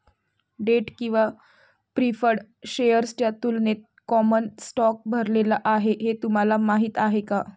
Date किंवा preferred शेअर्सच्या तुलनेत कॉमन स्टॉक भरलेला आहे हे तुम्हाला माहीत आहे का?